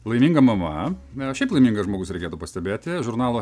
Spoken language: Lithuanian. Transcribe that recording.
laiminga mama na o šiaip laimingas žmogus reikėtų pastebėti žurnalo